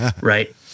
right